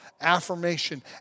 affirmation